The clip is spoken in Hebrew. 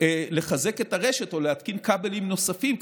לחזק את הרשת או להתקין כבלים נוספים,